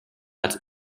als